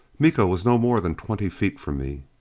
miko was no more than twenty feet from me.